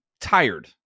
tired